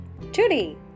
Today